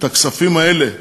את הכספים האלה,